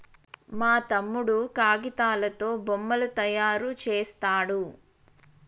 మా తమ్ముడు కాగితాలతో బొమ్మలు తయారు చేస్తాడు